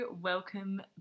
welcome